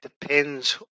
depends